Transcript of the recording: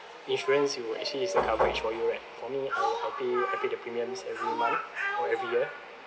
insurance you actually is a coverage for you right for me I I pay I pay the premiums every month or every year